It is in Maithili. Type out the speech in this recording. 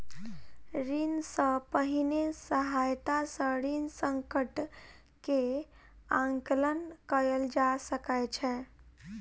ऋण सॅ पहिने सहायता सॅ ऋण संकट के आंकलन कयल जा सकै छै